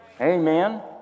Amen